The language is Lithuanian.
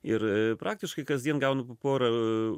ir praktiškai kasdien gaunu po porą